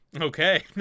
Okay